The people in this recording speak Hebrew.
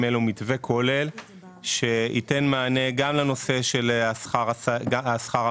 אלו מתווה כולל שייתן מענה גם לנושא של שכר המטפלות,